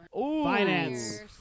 Finance